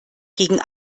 gegen